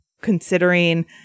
considering